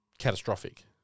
Catastrophic